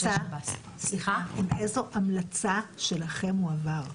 מאיזו המלצה שלכם הועבר?